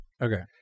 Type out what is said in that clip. Okay